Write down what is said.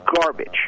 garbage